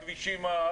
הכבישים,